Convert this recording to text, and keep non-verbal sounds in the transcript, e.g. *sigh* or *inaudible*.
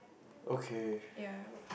okay *breath*